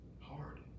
Hard